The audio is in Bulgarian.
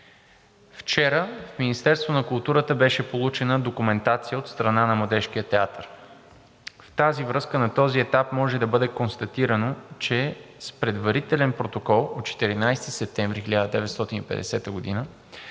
вчера в Министерството на културата беше получена документация от страна на Младежкия театър. В тази връзка на този етап може да бъде констатирано, че с предварителен протокол от 14 септември 1950 г.